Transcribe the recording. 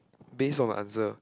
base on my answer